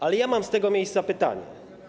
Ale ja mam z tego miejsca pytanie.